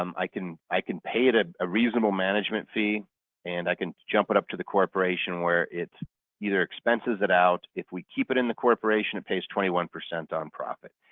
um i can i can pay it ah a reasonable management fee and i can jump it up to the corporation where it's either expenses it out. if we keep it in the corporation, it pays twenty one percent on profit.